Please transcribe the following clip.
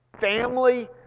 family